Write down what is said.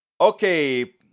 Okay